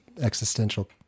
existential